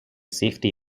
safety